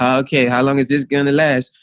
um okay, how long is this gonna last?